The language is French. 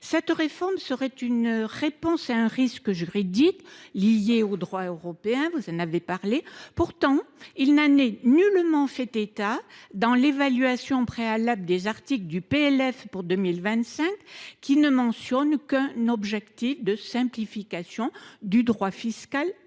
dit on, serait une réponse à un risque juridique lié au droit européen. Pourtant, il n’en est nullement fait état dans l’évaluation préalable des articles du PLF pour 2025, qui ne mentionne qu’un objectif de simplification du droit fiscal en